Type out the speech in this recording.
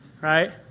right